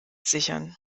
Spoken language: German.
sichern